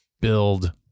build